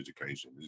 education